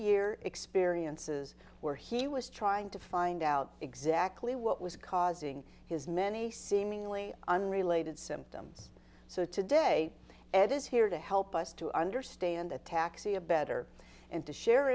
year experiences where he was trying to find out exactly what was causing his many seemingly unrelated symptoms so today ed is here to help us to understand a taxi a better and to share